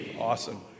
Awesome